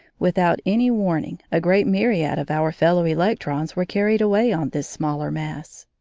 without any warning a great myriad of our fellow-electrons were carried away on this smaller mass.